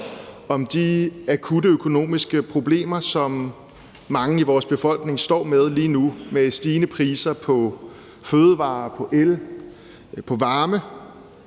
om de akutte økonomiske problemer, som mange i vores befolkning står med lige nu, med stigende priser på fødevarer, el og varme